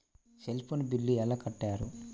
Cell phone bill ఎలా కట్టారు?